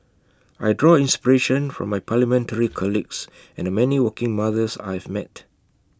I draw inspiration from my parliamentary colleagues and the many working mothers I have met